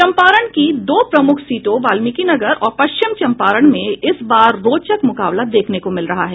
चंपारण की दो प्रमुख सीटों वाल्मिकी नगर और पश्चिम चंपारण में इस बार रोचक मुकाबला देखने को मिल रहा है